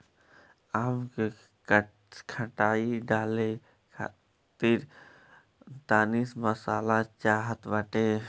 आम के खटाई डाले खातिर तनी मसाला चाहत बाटे